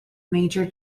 major